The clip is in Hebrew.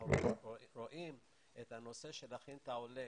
אנחנו רואים את נושא הכנת העולה,